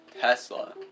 Tesla